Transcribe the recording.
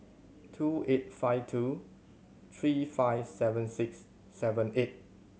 two eight five two three five seven six seven eight